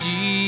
Jesus